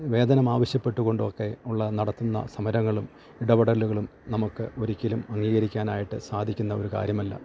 വേതനമാവശ്യപ്പെട്ടുകൊണ്ടോക്കെ ഉള്ള നടത്തുന്ന സമരങ്ങളും ഇടപെടലുകളും നമുക്ക് ഒരിക്കലും അംഗീകരിക്കാനായിട്ട് സാധിക്കുന്ന ഒരു കാര്യമല്ല